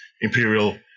imperial